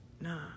nah